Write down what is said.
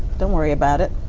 don't worry about it.